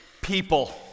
people